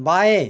बाएं